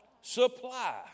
supply